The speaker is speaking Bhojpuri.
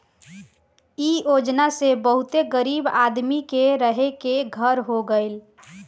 इ योजना से बहुते गरीब आदमी के रहे के घर हो गइल